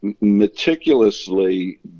meticulously